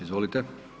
Izvolite.